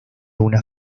una